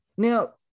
Now